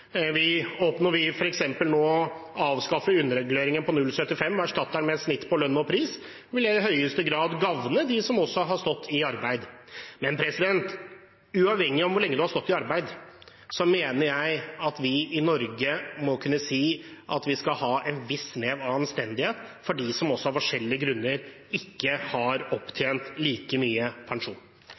vi f.eks. nå avskaffer underreguleringen på 0,75 pst. og erstatter det med et snitt på lønn og pris, vil det i høyeste grad gagne også dem som har stått i arbeid. Men uavhengig av hvor lenge man har stått i arbeid, mener jeg at vi i Norge må kunne si at vi skal ha et snev av anstendighet for dem som av forskjellige grunner ikke har opptjent like mye pensjon.